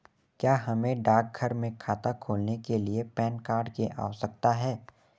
क्या हमें डाकघर में खाता खोलने के लिए पैन कार्ड की आवश्यकता है?